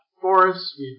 forests